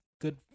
good